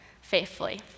faithfully